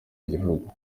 igihugu